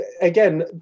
again